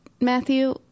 Matthew